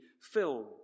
film